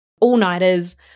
all-nighters